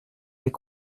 fait